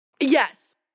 yes